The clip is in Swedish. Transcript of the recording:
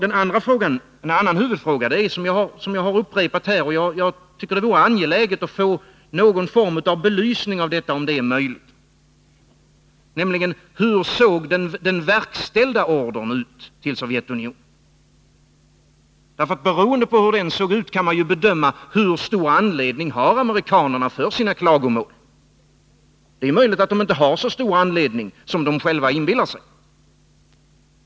En annan huvudfråga — som jag har upprepat här och som jag tycker det vore angeläget att få någon belysning av — är: Hur såg den verkställda ordern till Sovjetunionen ut? Med utgångspunkt i hur den såg ut kan man ju bedöma hur stor anledning amerikanerna har för sina klagomål. Det är möjligt att de inte har så stor anledning som de själva inbillar sig.